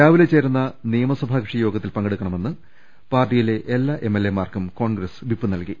രാവിലെ ചേരുന്ന നിയമസഭാ കക്ഷി യോഗത്തിൽ പങ്കെടുക്ക ണമെന്ന് പാർട്ടിയിലെ എല്ലാ എംഎൽഎമാർക്കും കോൺഗ്രസ് വിപ്പ് നൽകി